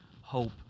hope